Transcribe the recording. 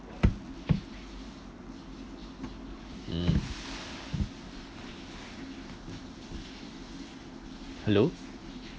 mm hello